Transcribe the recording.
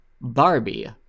Barbie